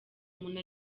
umuntu